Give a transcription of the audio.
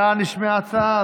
כלכלה, נשמעה הצעה.